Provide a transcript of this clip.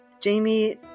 Jamie